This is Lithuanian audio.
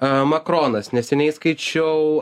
makronas neseniai skaičiau